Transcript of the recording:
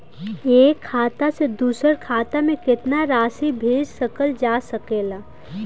एक खाता से दूसर खाता में केतना राशि भेजल जा सके ला?